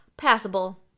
Passable